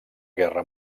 guerra